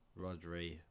Rodri